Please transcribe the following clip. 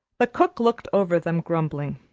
the cook looked over them, grumbling.